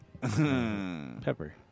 Pepper